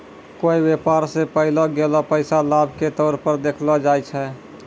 कोय व्यापार स पैलो गेलो पैसा लाभ के तौर पर देखलो जाय छै